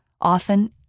often